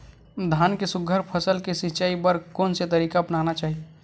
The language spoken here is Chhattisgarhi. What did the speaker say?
धान के सुघ्घर फसल के सिचाई बर कोन से तरीका अपनाना चाहि?